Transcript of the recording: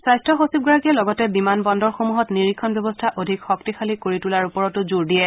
স্বাস্থ্য সচিবগৰাকীয়ে লগতে বিমান বন্দৰসমূহত নিৰীক্ষণ ব্যৱস্থা অধিক শক্তিশালী কৰি তোলাৰ ওপৰতো জোৰ দিয়ে